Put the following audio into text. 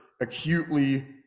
acutely